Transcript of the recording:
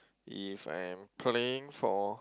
if I'm playing for